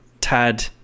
tad